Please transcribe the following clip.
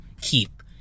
keep